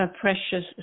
precious